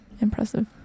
Impressive